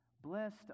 Blessed